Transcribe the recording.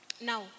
Now